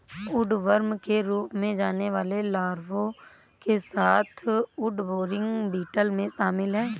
woodworm के रूप में जाने वाले लार्वा के साथ वुडबोरिंग बीटल में शामिल हैं